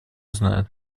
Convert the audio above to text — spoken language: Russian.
знает